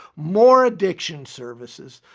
more addiction services,